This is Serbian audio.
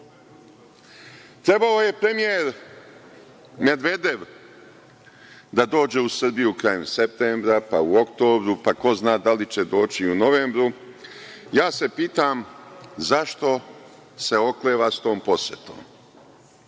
Trebalo je premijer Medvedev da dođe u Srbiju krajem septembra, pa u oktobru, pa ko zna da li će doći i u novembru. Ja se pitam – zašto se okleva s tom posetom?